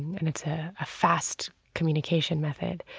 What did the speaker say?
and it's ah a fast communication method,